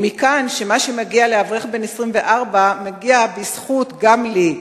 ומכאן שמה שמגיע לאברך בן 24 מגיע בזכות גם לי.